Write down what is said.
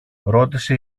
ρώτησε